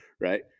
right